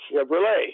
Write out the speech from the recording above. Chevrolet